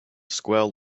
squirrel